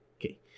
Okay